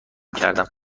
کردم